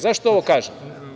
Zašto ovo kažem?